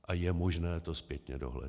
A je možné to zpětně dohledat.